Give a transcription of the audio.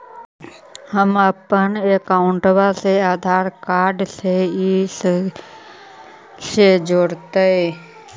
हमपन अकाउँटवा से आधार कार्ड से कइसे जोडैतै?